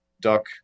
duck